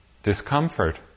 Discomfort